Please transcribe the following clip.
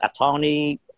attorney